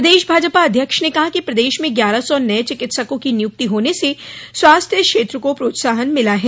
प्रदेश भाजपा अध्यक्ष ने कहा कि प्रदेश में ग्यारह सौ नये चिकित्सकों की नियुक्ति होने से स्वास्थ्य क्षेत्र को प्रोत्साहन मिला है